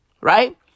Right